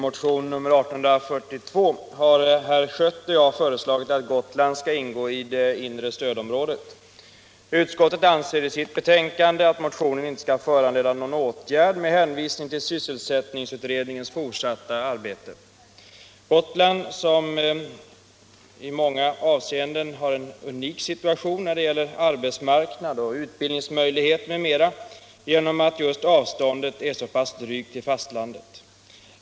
Gotland har i många avseenden en unik situation när det gäller arbetsmarknad, utbildningsmöjligheter m.m. genom att avståndet är så pass drygt till fastlandet.